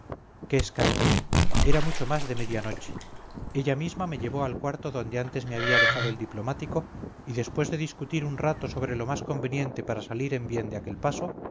qué escándalo era mucho más de media noche ella misma me llevó al cuarto donde antes me había dejado el diplomático y después de discutir un rato sobre lo más conveniente para salir en bien de aquel paso